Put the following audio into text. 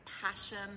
passion